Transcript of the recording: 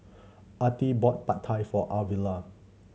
Artie bought Pad Thai for Arvilla